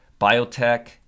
biotech